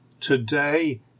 Today